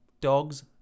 dogs